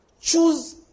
choose